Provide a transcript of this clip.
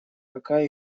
пока